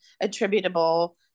attributable